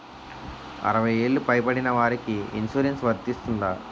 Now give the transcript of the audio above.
అరవై ఏళ్లు పై పడిన వారికి ఇన్సురెన్స్ వర్తిస్తుందా?